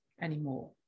anymore